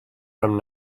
from